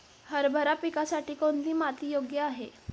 हरभरा पिकासाठी कोणती माती योग्य आहे?